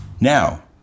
Now